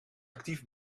actief